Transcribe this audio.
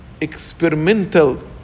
experimental